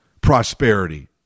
prosperity